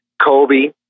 Kobe